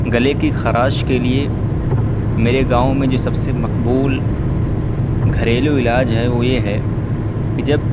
گلے کی خراش کے لیے میرے گاؤں میں جو سب سے مقبول گھریلو علاج ہے وہ یہ ہے کہ جب